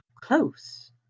close